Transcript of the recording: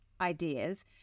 ideas